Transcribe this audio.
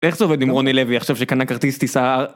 איך זה עובד עם רוני לוי עכשיו שקנה כרטיס טיסה?